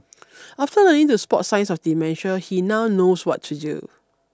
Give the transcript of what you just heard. after learning to spot signs of dementia he now knows what to do